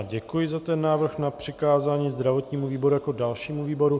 Děkuji za návrh na přikázání zdravotnímu výboru jako dalšímu výboru.